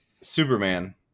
Superman